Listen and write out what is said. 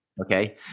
Okay